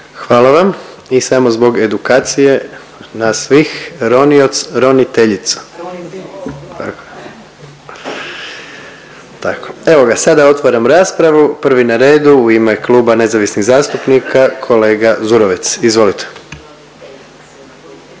Hvala vam. I samo zbog edukacije nas svih ronioc roniteljica, tako. Evo ga sada otvaram raspravu, prvi na redu u ime Kluba nezavisnih zastupnika kolega Zurovec, izvolite.